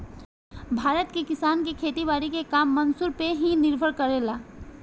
भारत के किसान के खेती बारी के काम मानसून पे ही निर्भर करेला